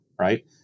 right